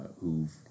who've